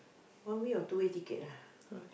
one way or two way ticket ah